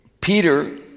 Peter